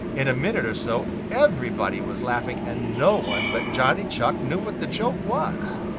in a minute or so everybody was laughing, and no one but johnny chuck knew what the joke was.